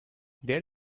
there